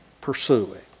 pursuing